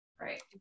Right